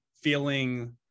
feeling